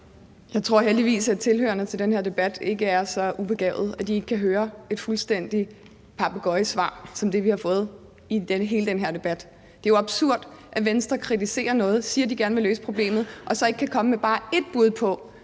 Jeg tror, at tilhørerne til den her debat heldigvis ikke er så ubegavede, at de ikke kan høre, at det, vi har fået hele den her debat, er et papegøjesvar. Det er jo absurd, at Venstre kritiserer noget og siger, at de gerne vil løse problemet, og så ikke kan komme med bare ét bud på,